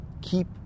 keep